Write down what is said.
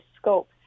scope